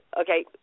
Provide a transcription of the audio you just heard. Okay